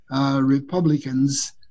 Republicans